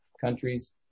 countries